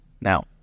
Now